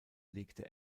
legte